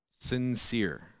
Sincere